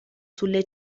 sulle